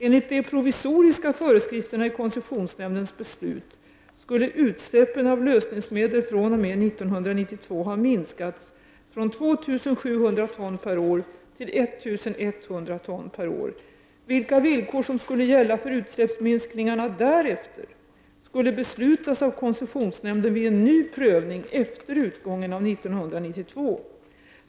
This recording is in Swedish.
Enligt de provisoriska föreskrifterna i koncessionsnämndens beslut skulle utsläppen av lösningsmedel fr.o.m. 1992 ha minskats från 2700 ton per år till 1100 ton per år. Vilka villkor som skulle gälla för utsläppsminskningarna därefter skulle beslutas av koncessionsnämnden vid en ny prövning efter utgången av 1992.